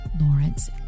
Lawrence